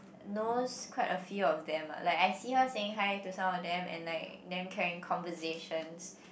knows quite a few of them ah like I see her saying hi to some of them and like them carrying conversations